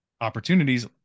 opportunities